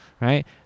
right